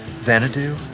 Xanadu